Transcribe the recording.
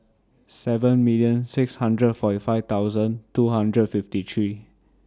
seven million six hundred forty five thousand two hundred fifty three